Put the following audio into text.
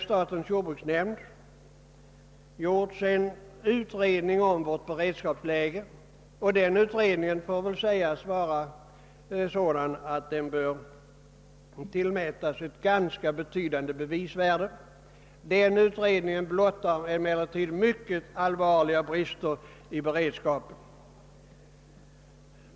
Statens jordbruksnämnd har emellertid gjort en utredning om vårt beredskapsläge, vilken utredning väl får an ses böra tillmätas ett ganska betydande bevisvärde. Utredningen blottar mycket allvarliga brister i beredskapen.